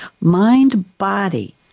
Mind-Body